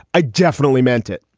i definitely meant it.